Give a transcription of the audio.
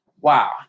Wow